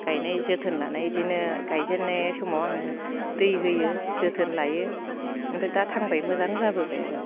गायनाय जोथोन लानाय बिदिनो गायजेननाय समाव आङो दै होयो जोथोन लायो ओमफ्राय दा थांबाय मोजां जाबोबाय आरो